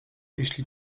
jeśli